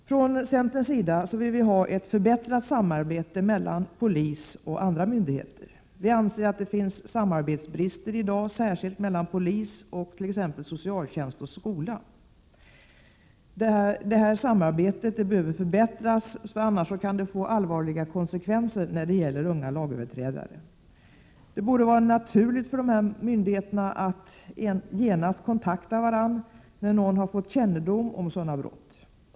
Från centerns sida vill vi ha ett förbättrat samarbete mellan polis och andra myndigheter. Vi anser att det finns samarbetsbrister i dag, särskilt mellan polis och t.ex. socialtjänst och skola. Detta samarbete behöver förbättras, annars kan det få allvarliga konsekvenser när det gäller unga lagöverträdare. Det borde vara naturligt för dessa myndigheter att genast kontakta varandra när någon av dem fått kännedom om sådana brott.